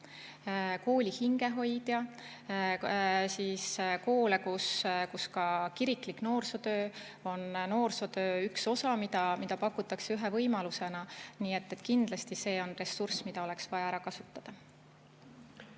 kooli hingehoidja. On koole, kus ka kiriklik noorsootöö on noorsootöö üks osa, mida pakutakse ühe võimalusena. Kindlasti see on ressurss, mida oleks vaja ära kasutada.